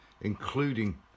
including